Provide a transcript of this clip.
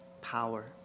power